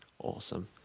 Awesome